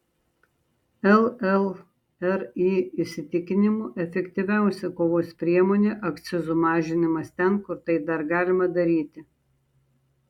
llri įsitikinimu efektyviausia kovos priemonė akcizų mažinimas ten kur tai dar galima daryti